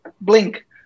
blink